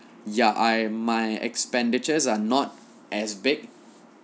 ya I my expenditures are not as big